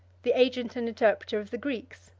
the agent and interpreter of the greeks,